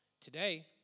Today